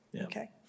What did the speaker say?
Okay